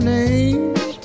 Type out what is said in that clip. names